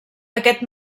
aquest